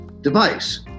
device